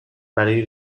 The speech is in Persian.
برای